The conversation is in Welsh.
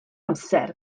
amser